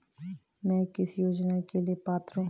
मैं किस योजना के लिए पात्र हूँ?